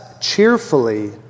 cheerfully